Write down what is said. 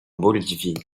bolivie